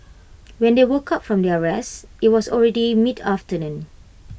when they woke up from their rest IT was already mid afternoon